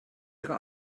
ihre